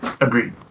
Agreed